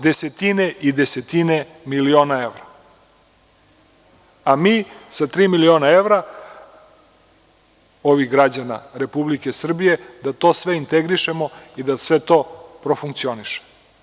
Desetine i desetine miliona evra, a mi sa tri miliona evra ovih građana Republike Srbije da to sve integrišemo i da to sve profunkcioniše.